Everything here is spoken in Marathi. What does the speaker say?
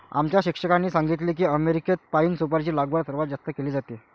आमच्या शिक्षकांनी सांगितले की अमेरिकेत पाइन सुपारीची लागवड सर्वात जास्त केली जाते